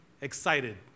excited